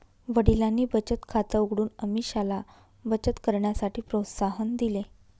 वडिलांनी बचत खात उघडून अमीषाला बचत करण्यासाठी प्रोत्साहन दिले